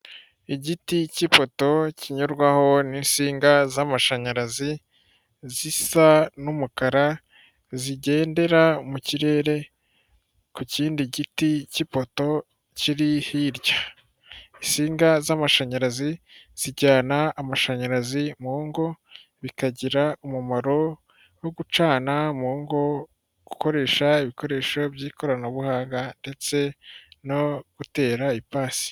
Igiti cy'ipoto kinyurwaho n'insinga z'amashanyarazi zisa n'umukara zigendera mu kirere ku kindi giti cy'ipoto kiri hirya isinga z'amashanyarazi zijyana amashanyarazi mu ngo bikagira umumaro wo gucana mu ngo gukoresha ibikoresho by'ikoranabuhanga ndetse no gutera ipasi.